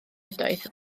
ydoedd